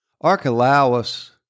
Archelaus